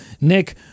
Nick